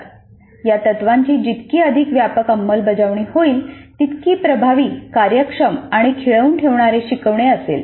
म्हणजेच या तत्त्वांची जितकी अधिक व्यापक अंमलबजावणी होईल तितकी प्रभावी कार्यक्षम आणि खिळवून ठेवणारे शिकवणे असेल